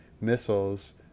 missiles